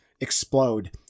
explode